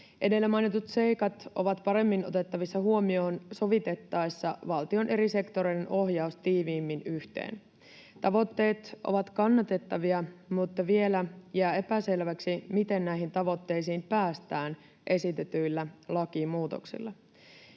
Edellä mainitut seikat ovat paremmin otettavissa huomioon sovitettaessa valtion eri sektoreiden ohjaus tiiviimmin yhteen. Tavoitteet ovat kannatettavia, mutta vielä jää epäselväksi, miten näihin tavoitteisiin päästään esitetyillä lakimuutoksilla.